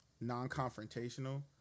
non-confrontational